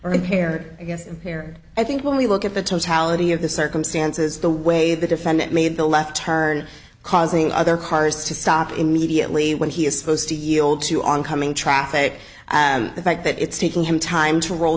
impair a guess here i think when we look at the totality of the circumstances the way the defendant made the left turn causing other cars to stop immediately when he is supposed to yield to oncoming traffic and the fact that it's taking him time to roll